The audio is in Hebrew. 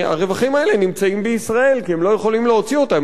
והרווחים האלה נמצאים בישראל כי הם לא יכולים להוציא אותם.